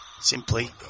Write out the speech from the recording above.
simply